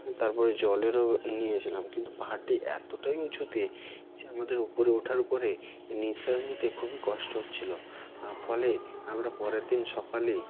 তারপরে জলেরও নিয়েছিলাম কিন্তু পাহারটি এতোটাই উঁচুতে যে আমাদের উপরে ওঠার পরে নিঃশ্বাস নিতে খুবই কষ্ট হচ্ছিলো ফলে আমরা পরের দিন সকালেই